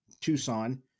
Tucson